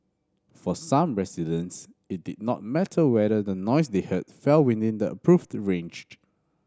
for some residents it did not matter whether the noise they heard fell within the approved ranged